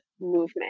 movement